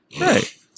right